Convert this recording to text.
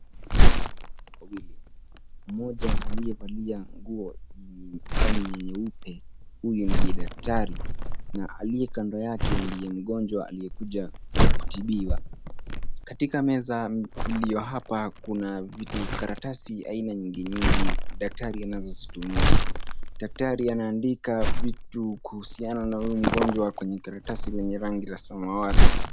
Hapa tunapata kuna watu wawili. Mmoja aliyevalia nguo yenye rangi nyeupe, huyo ndiye daktari. Na aliyekando yake ndiye mgonjwa aliyekuja kutibiwa. Katika meza iliyo hapa kuna vitu, karatasi aina nyingi nyingi daktari anazozitumia. Daktari anaandika vitu kuhusiano na huyu mgonjwa kwenye karatasi lenye rangi la samawati.